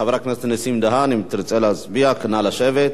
חבר הכנסת נסים, אם תרצה להצביע, נא לשבת.